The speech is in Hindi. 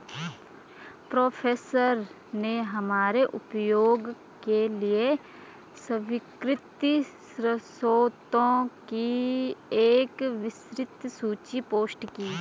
प्रोफेसर ने हमारे उपयोग के लिए स्वीकृत स्रोतों की एक विस्तृत सूची पोस्ट की